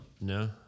No